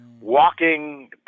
walking